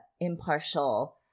impartial